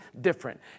different